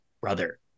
Brother